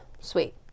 Sweet